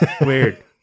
weird